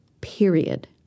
Period